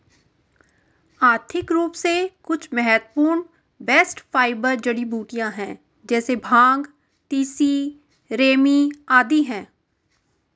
आर्थिक रूप से कुछ महत्वपूर्ण बास्ट फाइबर जड़ीबूटियां है जैसे भांग, तिसी, रेमी आदि है